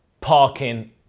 parking